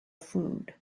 food